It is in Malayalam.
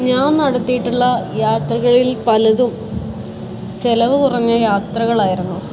ഞാൻ നടത്തിയിട്ടുള്ള യാത്രകളിൽ പലതും ചിലവ് കുറഞ്ഞ യാത്രകളായിരുന്നു